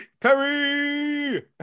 Perry